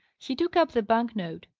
he took up the bank-note.